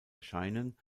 erscheinen